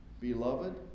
Beloved